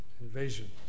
invasion